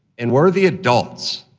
and we are the adults,